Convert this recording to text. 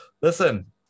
listen